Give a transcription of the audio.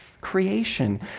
creation